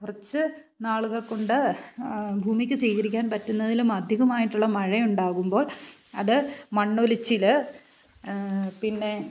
കുറച്ച് നാളുകൾ കൊണ്ട് ഭൂമിക്ക് സ്വീകരിക്കാൻ പറ്റുന്നതിലും അധികമായിട്ടുള്ള മഴയുണ്ടാകുമ്പോൾ അത് മണ്ണൊലിച്ചിൽ പിന്നെ